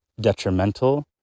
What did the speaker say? detrimental